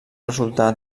resultar